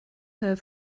her